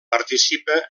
participa